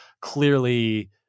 Clearly